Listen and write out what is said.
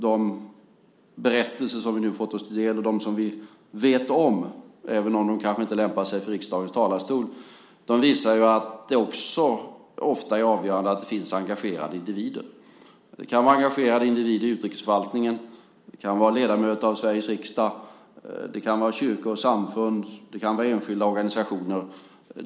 De berättelser som vi nu fått oss till del och de som vi vet om, även om de kanske inte lämpar sig för riksdagens talarstol, visar att det ofta är avgörande att det finns engagerade individer. Det kan vara engagerade individer i utrikesförvaltningen, det kan vara ledamöter av Sveriges riksdag, det kan vara kyrkor och samfund och enskilda organisationer.